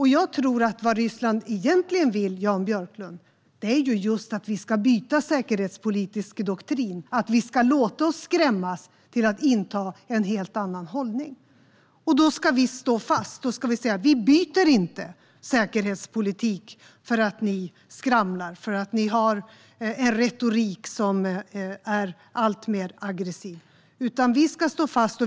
Jag tror att vad Ryssland egentligen vill, Jan Björklund, är just att vi ska byta säkerhetspolitisk doktrin, att vi ska låta oss skrämmas till att inta en helt annan hållning. Men då ska vi stå fast och säga: Vi byter inte säkerhetspolitik för att ni skramlar och har en retorik som är alltmer aggressiv, utan vi ska stå fast.